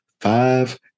five